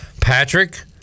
Patrick